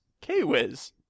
K-Wiz